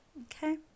okay